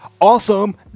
Awesome